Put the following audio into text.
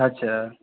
अच्छा